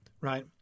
Right